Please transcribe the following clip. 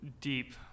deep